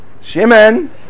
Shimon